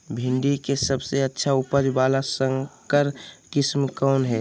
भिंडी के सबसे अच्छा उपज वाला संकर किस्म कौन है?